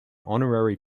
honorary